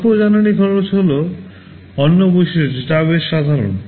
স্বল্প জ্বালানি খরচ হল অন্য বৈশিষ্ট্য যা বেশ সাধারণ